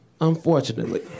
Unfortunately